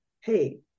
hey